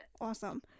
Awesome